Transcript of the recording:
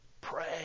pray